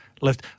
left